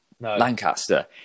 Lancaster